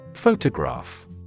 photograph